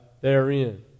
therein